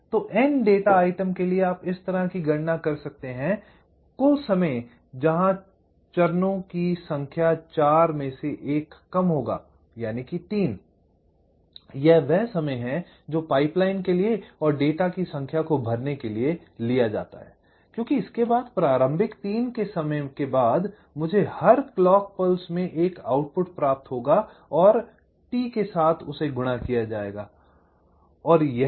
तो n data item के लिए आप इस तरह की गणना कर सकते हैं कुल समय यहां चरणों की संख्या 4 में से 1 कम होगा यानि की 3 I यह वह समय है जो पाइपलाइन के लिए और डेटा की संख्या को भरने के लिए लिया जाता है क्योंकि इसके बाद प्रारंभिक 3 के समय के बाद मुझे हर क्लॉक पल्स में एक आउटपुट प्रापत होगा और t के साथ गुणा किया जाएगा